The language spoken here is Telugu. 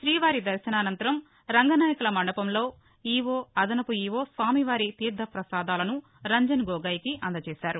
శీవారి దర్శనానంతరం రంగనాయకుల మండపంలో ఈవో అదనపు ఈవో స్వామివారి తీర్భపసాదాలను రంజన్ గొగొయికి అందజేశారు